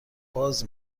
باز